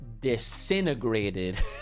disintegrated